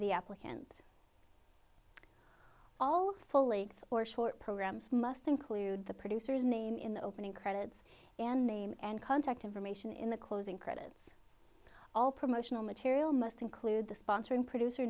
the applicant all fully or short programs must include the producer's name in the opening credits and name and contact information in the closing credits all promotional material must include the sponsoring producer